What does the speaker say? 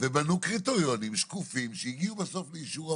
ובנו קריטריונים שקופים שהגיעו בסוף לאישור הוועדה.